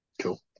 Cool